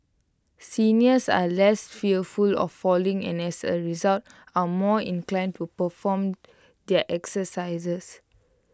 seniors are less fearful of falling and as A result are more inclined to perform their exercises